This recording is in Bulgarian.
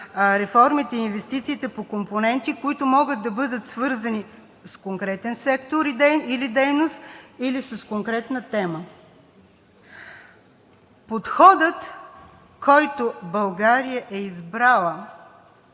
реформите и инвестициите по компоненти, които могат да бъдат свързани с конкретен сектор или дейност, или с конкретна тема. Подходът, който България е избрала,